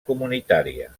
comunitària